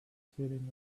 sitting